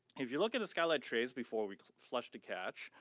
if you look at the skylight trays before we flush the cache,